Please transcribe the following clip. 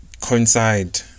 coincide